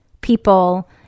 people